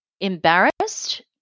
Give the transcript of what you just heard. embarrassed